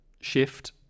shift